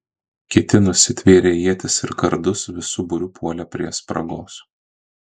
kiti nusitvėrę ietis ir kardus visu būriu puolė prie spragos